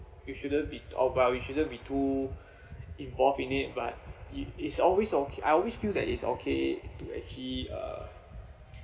you shouldn't be or while we shouldn't be to involve in it but it is always okay I always feel that it's okay to actually uh